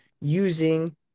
using